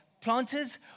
planters